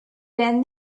then